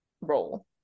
role